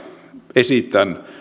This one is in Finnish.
esitän